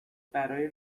برای